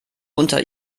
unter